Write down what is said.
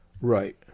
Right